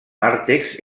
nàrtex